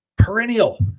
Perennial